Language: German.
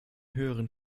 höheren